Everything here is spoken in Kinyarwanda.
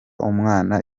umwana